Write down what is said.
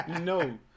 No